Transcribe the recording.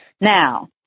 Now